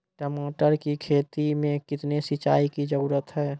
टमाटर की खेती मे कितने सिंचाई की जरूरत हैं?